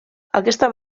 aquesta